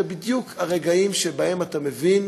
אלה בדיוק הרגעים שבהם אתה מבין